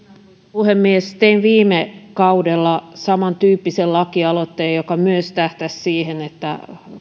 puhemies tein viime kaudella samantyyppisen laki aloitteen joka myös tähtäsi siihen että